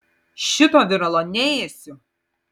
šito viralo neėsiu